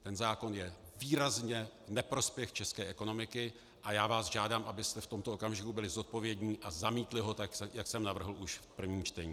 Ten zákon je výrazně v neprospěch české ekonomiky a já vás žádám, abyste v tomto okamžiku byli zodpovědní a zamítli ho, tak jak jsem navrhl už v prvním čtení.